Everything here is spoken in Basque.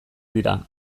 dira